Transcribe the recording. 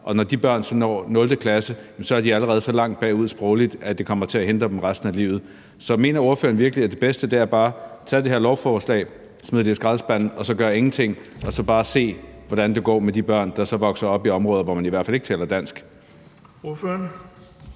og når de børn så når 0. klasse, er de allerede så langt bagud sprogligt, at det kommer til at hindre dem resten af livet. Mener ordføreren virkelig, at det bedste bare er at tage det her lovforslag, smide det i skraldespanden og gøre ingenting og så bare se, hvordan det går med de børn, der vokser op i områder, hvor man i hvert fald ikke taler dansk?